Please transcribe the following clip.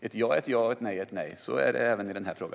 Ett ja är ett ja, och ett nej är ett nej - så är det även i denna fråga.